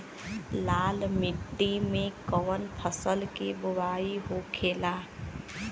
लाल मिट्टी में कौन फसल के बोवाई होखेला?